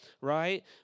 right